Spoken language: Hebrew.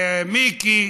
ומיקי.